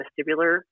vestibular